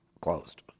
closed